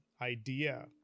idea